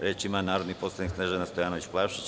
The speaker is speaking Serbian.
Reč ima narodni poslanik Snežana Stojanović Plavšić.